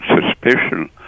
suspicion